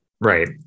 Right